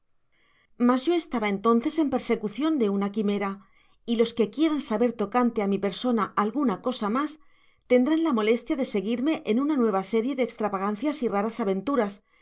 mas yo estaba entonces en persecucion de una quimera y los que quieran saber tocante á mi persona alguna cosa mas tendrán la molestia de seguirme en una nueva série de estravagancias y raras aventuras